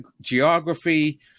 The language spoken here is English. geography